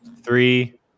three